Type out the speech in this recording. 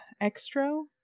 extra